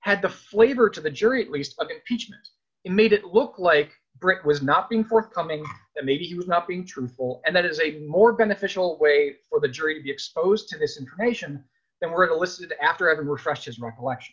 had the flavor to the jury at least pietschmann it made it look like brick was not being forthcoming that maybe he was not being truthful and that is a more beneficial wait for the jury to be exposed to this information that we're elicited after every refreshes recollection